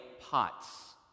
pots